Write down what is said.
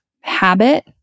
habit